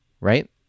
right